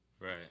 Right